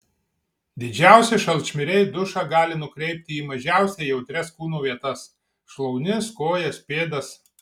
didžiausi šalčmiriai dušą gali nukreipti į mažiausiai jautrias kūno vietas šlaunis kojas pėdas